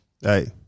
hey